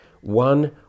one